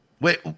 Wait